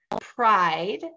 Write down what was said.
pride